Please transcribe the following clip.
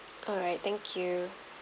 all right thank you